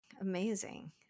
Amazing